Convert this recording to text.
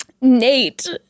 Nate